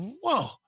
Whoa